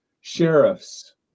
sheriffs